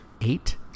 eight